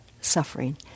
suffering